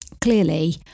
Clearly